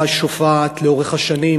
והיצירה השופעת לאורך השנים.